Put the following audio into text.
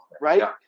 right